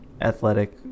athletic